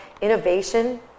Innovation